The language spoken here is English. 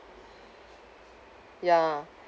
ya